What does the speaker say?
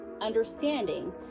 understanding